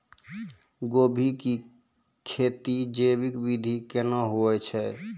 गोभी की खेती जैविक विधि केना हुए छ?